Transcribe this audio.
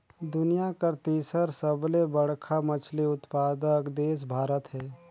दुनिया कर तीसर सबले बड़खा मछली उत्पादक देश भारत हे